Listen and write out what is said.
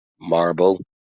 Marble